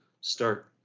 start